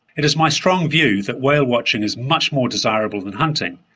it is my strong view that whale watching is much more desirable than hunting,